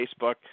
Facebook